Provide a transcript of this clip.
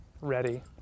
ready